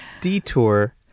detour